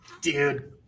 dude